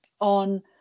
on